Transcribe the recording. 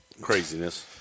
craziness